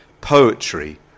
poetry